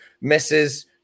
misses